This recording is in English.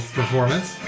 performance